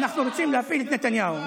אנחנו רוצים להפיל את נתניהו.